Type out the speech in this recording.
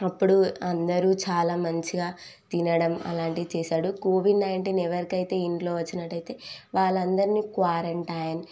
అప్పుడు అందరు చాలా మంచిగా తినడం అలాంటివి చేశాడు కోవిడ్ నైంటీన్ ఎవరికైతే ఇంట్లో వచ్చినట్టయితే వాళ్ళందరిని క్వారంటైన్